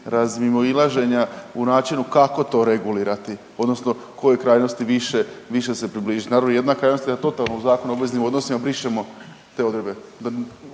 razmimoilaženja u načinu kako to regulirati, odnosno koje krajnosti više se približiti. Naravno, jedna krajnost je totalno u Zakonu o obveznim odnosima brišemo te odredbe,